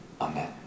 Amen